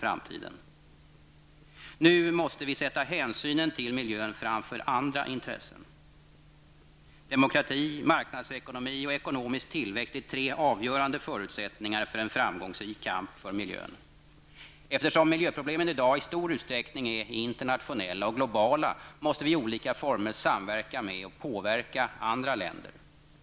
Nu måste vi sätta hänsynen till miljö framför andra intressen. Demokrati och marknadsekonomi, ekonomisk tillväxt är avgörande förutsättningar för en framgångsrik kamp för miljön. Eftersom miljöproblemen i dag i stor utsträckning är internationella och globala måste vi i olika former samverka med och påverka andra länder.